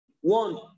One